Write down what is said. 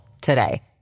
today